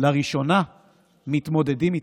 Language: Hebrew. שלראשונה מתמודדים איתם,